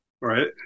Right